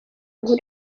nkuru